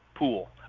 pool